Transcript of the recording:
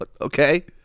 Okay